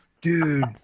Dude